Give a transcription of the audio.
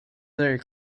their